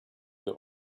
the